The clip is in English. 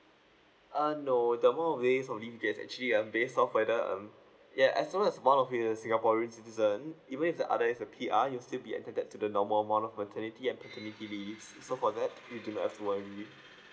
uh no the amount of this from M_S_F it's actually um based of whether um ya as long as one of you is a singaporean citizen even if the other is a P_R you'll still be entitled to the normal amount of maternity and paternity leaves so for that you do not have to worry